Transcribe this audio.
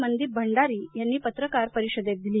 मनदीप भंडारी यांनी पत्रकार परिषदेत दिली